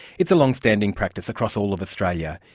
it's a long-standing practice across all of australia.